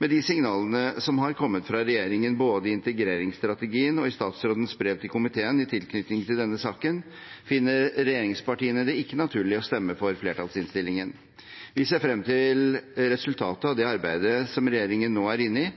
Med de signalene som har kommet fra regjeringen både i integreringsstrategien og i statsrådens brev til komiteen i tilknytning til denne saken, finner regjeringspartiene det ikke naturlig å stemme for flertallsinnstillingen. Vi ser frem til resultatet av det arbeidet som regjeringen nå er inne i,